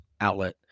outlet